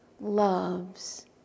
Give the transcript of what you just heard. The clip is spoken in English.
loves